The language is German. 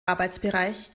arbeitsbereich